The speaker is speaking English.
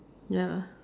ya